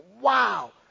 wow